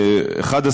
מקרים,